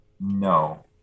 no